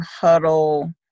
huddle